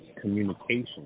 Communication